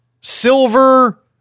silver